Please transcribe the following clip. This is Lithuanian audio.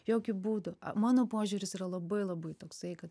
jokiu būdu mano požiūris yra labai labai toksai kad